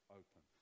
open